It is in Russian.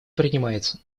принимается